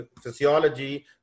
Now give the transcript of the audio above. physiology